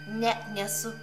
ne nesu